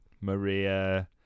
Maria